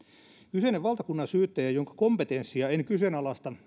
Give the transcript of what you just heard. kyseinen valtakunnansyyttäjä jonka kompetenssia en kyseenalaista